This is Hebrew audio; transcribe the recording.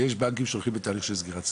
ויש בנקים שהולכים בתהליך של סגירת סניפים.